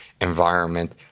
environment